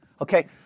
Okay